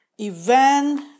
event